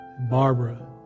Barbara